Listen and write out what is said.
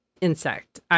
insect